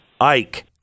Ike